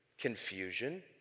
confusion